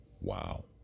wow